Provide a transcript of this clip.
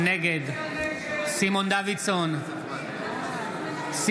נגד סימון דוידסון,